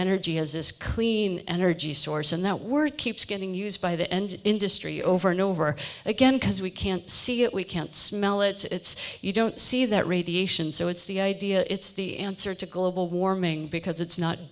energy as this clean energy source and that word keeps getting used by the end industry over and over again because we can't see it we can't smell it it's you don't see that radiation so it's the idea it's the answer to global warming because it's not